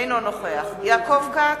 אינו נוכח יעקב כץ,